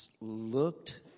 looked